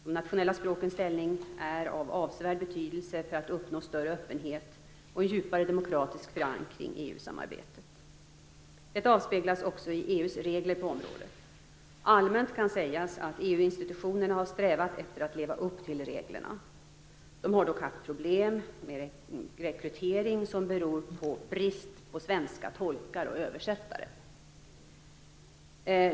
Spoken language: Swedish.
De nationella språkens ställning är av avsevärd betydelse för att uppnå större öppenhet och en djupare demokratisk förankring i EU-samarbetet. Detta avspeglas också i EU:s regler på området. Allmänt kan sägas att EU-institutionerna har strävat efter att leva upp till reglerna. De har dock haft problem med rekrytering, som beror på brist på svenska tolkar och översättare.